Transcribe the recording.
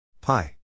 Pi